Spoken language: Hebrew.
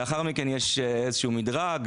לאחר מכן יש איזשהו מדרג,